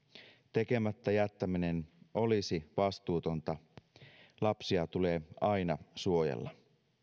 tekemättä jättäminen olisi vastuutonta lapsia tulee aina suojella